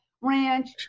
ranch